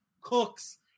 cooks